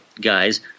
guys